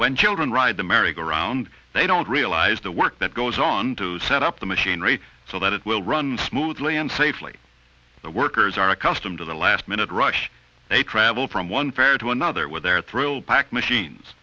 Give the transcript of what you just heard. when children ride the merry go round they don't realise the work that goes on to set up the machinery so that it will run smoothly and safely the workers are accustomed to the last minute rush they travel from one ferry to another with their thrill packed machines